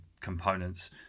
components